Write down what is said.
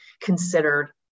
considered